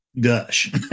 gush